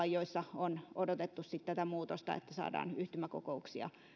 joissa on odotettu tätä muutosta että saadaan yhtymäkokouksia